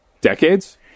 Decades